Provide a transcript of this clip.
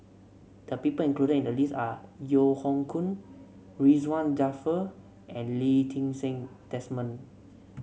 the people included in the list are Yeo Hoe Koon Ridzwan Dzafir and Lee Ti Seng Desmond